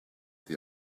the